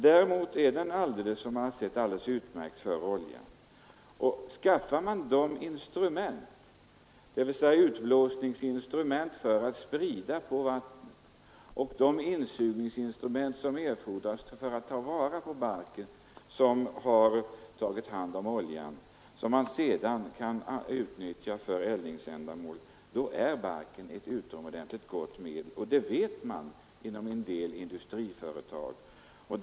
Däremot är den som man också sett alldeles utmärkt för olja. Skaffar man utblåsningsinstrument för att sprida barken på vattnet och de insugningsinstrument som erfordras för att tillvarata den bark som tagit hand om oljan och som man sedan kan utnyttja för eldningsändamål, då är barken ett mycket gott medel. Inom en del industriföretag vet man detta.